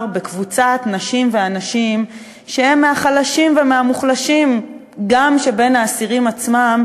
בקבוצת נשים ואנשים שהם מהחלשים ומהמוחלשים גם בין האסירים עצמם,